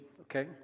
okay